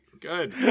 Good